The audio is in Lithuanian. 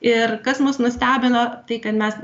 ir kas mus nustebino tai kad mes